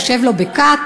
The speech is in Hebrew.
יושב לו בקטאר.